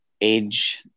age